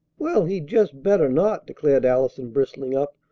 well, he'd just better not! declared allison, bristling up.